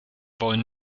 wollen